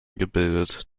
gebildet